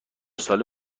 ساله